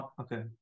Okay